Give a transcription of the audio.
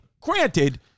Granted